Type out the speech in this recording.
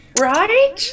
Right